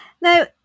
Now